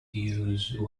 use